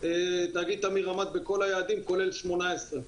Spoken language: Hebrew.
תאגיד תמיר עמד בכל היעדים, כולל 18',